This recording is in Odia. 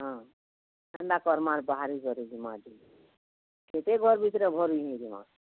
ହଁ ସେନ୍ତା କରମା ବାହାରି କରି ଜିମା ଆଜି କେତେ ଘର ଭିତରେ ଭରି ହେଇଥିମା